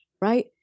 Right